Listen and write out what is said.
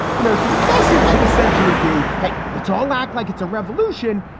you know, so the message should essentially be, hey, let's all act like it's a revolution.